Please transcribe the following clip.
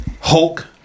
Hulk